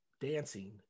dancing